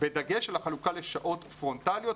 בדגש על החלוקה לשעות פרונטליות,